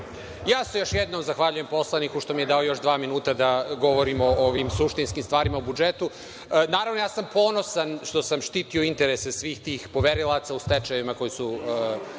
Ja se još jednom zahvaljujem poslaniku što mi je dao još dva minuta da govorimo o ovim suštinskim stvarima u budžetu. Naravno, ja sam ponosan što sam štitio interese svih tih poverilaca u stečajevima koji su